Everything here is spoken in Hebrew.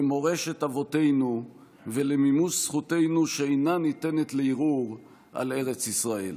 למורשת אבותינו ולמימוש זכותנו שאינה ניתנת לערעור על ארץ ישראל.